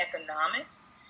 economics